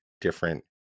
different